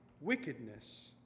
wickedness